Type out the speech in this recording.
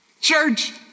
Church